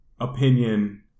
opinion